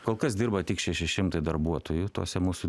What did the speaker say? kol kas dirba tik šeši šimtai darbuotojų tose mūsų